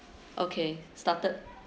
okay started